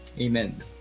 Amen